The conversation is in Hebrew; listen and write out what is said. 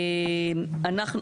אנחנו,